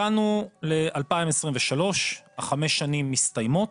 הגענו ל-2023, חמש השנים מסתיימות